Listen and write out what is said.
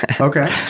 Okay